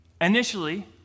Initially